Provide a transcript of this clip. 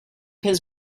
his